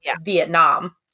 Vietnam